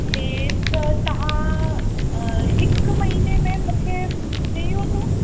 हीउ त तव्हां हिकु महिने में मूंखे ॾई वठो